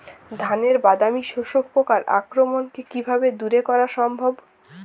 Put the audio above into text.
ধানের বাদামি শোষক পোকার আক্রমণকে কিভাবে দূরে করা সম্ভব?